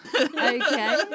Okay